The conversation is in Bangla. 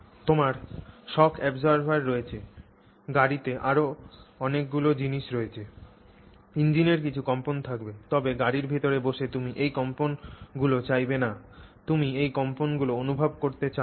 তোমার শক অ্যাবজরবার রয়েছে গাড়িতে আরও অনেকগুলি জিনিস রয়েছে ইঞ্জিনের কিছু কম্পন থাকবে তবে গাড়ির ভিতরে বসে তুমি এই কম্পনগুলি চাইবে না তুমি এই কম্পনগুলি অনুভব করতে চাও না